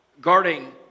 guarding